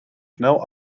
snel